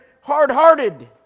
hard-hearted